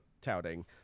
touting